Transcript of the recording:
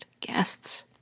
guests